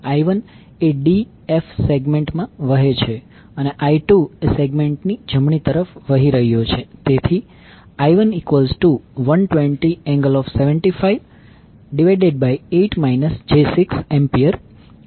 I1 એ d f segment માં વહે છે અને I2 સેગમેન્ટની જમણી તરફ વહી રહ્યો છે